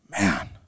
man